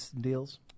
deals